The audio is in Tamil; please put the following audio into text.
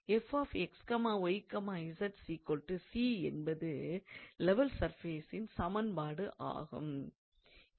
𝑓𝑥𝑦𝑧 𝑐 என்பது லெவல் சர்ஃபேசின் சமன்பாடு ஆகும்